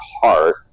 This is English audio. heart